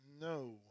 No